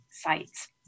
sites